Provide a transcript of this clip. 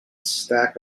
stack